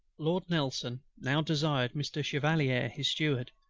lord nelson now desired mr. chevalier his steward,